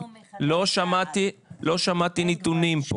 לא שמעתי נתונים פה